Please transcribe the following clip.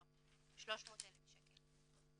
300,000 שקל.